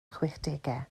chwedegau